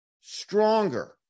stronger